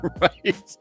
Right